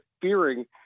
fearing